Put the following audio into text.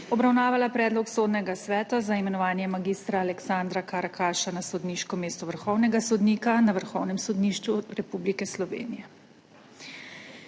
obravnavala predlog Sodnega sveta za imenovanje mag. Aleksandra Karakaša na sodniško mesto vrhovnega sodnika na Vrhovnem sodišču Republike Slovenije.